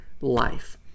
life